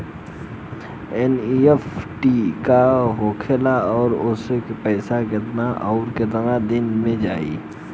NEFT का होखेला और ओसे पैसा कैसे आउर केतना दिन मे जायी?